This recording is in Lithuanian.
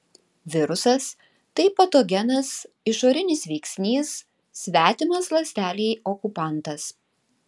virusas tai patogenas išorinis veiksnys svetimas ląstelei okupantas